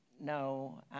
no